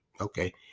Okay